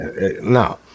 no